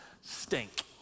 stink